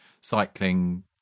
cycling